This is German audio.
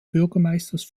bürgermeisters